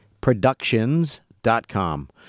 productions.com